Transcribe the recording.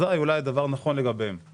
אזי אולי הדבר נכון לגביהם,